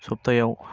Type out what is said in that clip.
सफ्तायाव